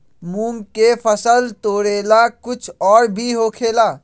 मूंग के फसल तोरेला कुछ और भी होखेला?